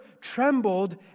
trembled